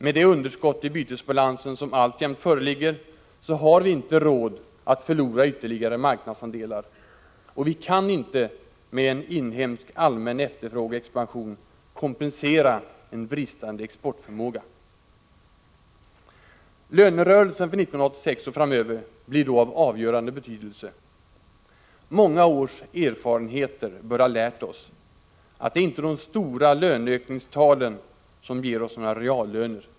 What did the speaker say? Med det underskott i bytesbalansen som alltjämt föreligger har vi inte råd att förlora ytterligare marknadsandelar. Och vi kan inte med en inhemsk allmän efterfrågeexpansion kompensera en bristande exportförmåga. Lönerörelsen för 1986 och framöver blir då av avgörande betydelse. Många års erfarenheter bör ha lärt oss att det inte är de stora löneökningstalen som ger oss några reallöner.